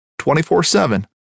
24-7